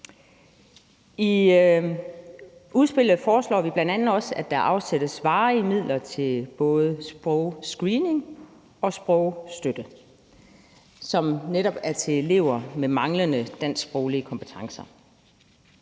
I udspillet foreslår vi bl.a. også, at der afsættes varige midler til både sprogscreening og sprogstøtte, som netop er til elever med manglende dansksproglige kompetencer.